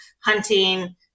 hunting